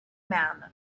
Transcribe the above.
man